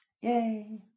yay